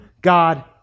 God